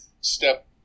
step